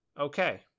Okay